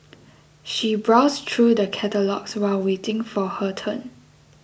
she browsed through the catalogues while waiting for her turn